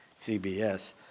CBS